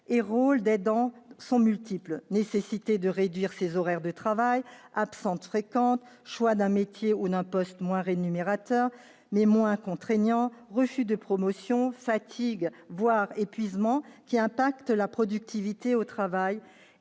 leur proche sont multiples : nécessité de réduire ses horaires de travail, absences fréquentes, choix d'un métier ou d'un poste moins rémunérateur mais moins contraignant, refus de promotions, fatigue, voire épuisement, qui affecte la productivité au travail,